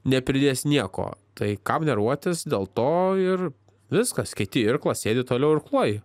nepridės nieko tai kam nervuotis dėl to ir viskas keiti irklą sėdi toliau irkluoji